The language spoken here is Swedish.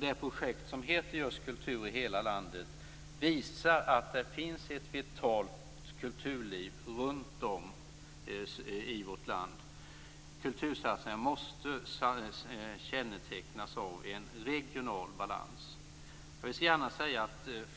Det projekt som heter just Kultur i hela landet visar att det finns ett vitalt kulturliv runt om i vårt land. Kultursatsningarna måste kännetecknas av en regional balans. Jag vill gärna